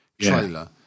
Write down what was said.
trailer